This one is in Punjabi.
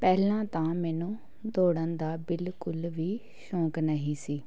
ਪਹਿਲਾਂ ਤਾਂ ਮੈਨੂੰ ਦੌੜਨ ਦਾ ਬਿਲਕੁਲ ਵੀ ਸ਼ੌਕ ਨਹੀਂ ਸੀ